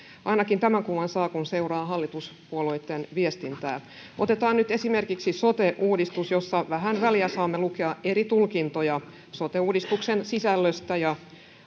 ainakin tämän kuvan saa kun seuraa hallituspuolueitten viestintää otetaan nyt esimerkiksi sote uudistus vähän väliä saamme lukea eri tulkintoja sote uudistuksen sisällöstä ja